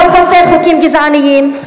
לא חסרים חוקים גזעניים,